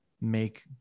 make